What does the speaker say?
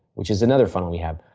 which is another funnel we have.